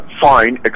fine